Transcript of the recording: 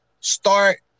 start